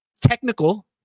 technical